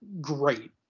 great